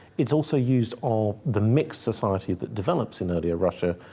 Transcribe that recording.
it's also used of the mixed society that develops in earlier russia,